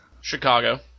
Chicago